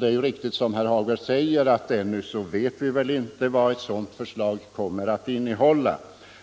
Det är riktigt som herr Hagberg säger att ännu vet vi inte vad förslaget kommer att innehålla,